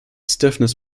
stiffness